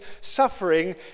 suffering